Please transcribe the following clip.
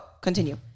continue